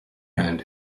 hand